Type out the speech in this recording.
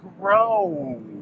grow